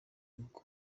inc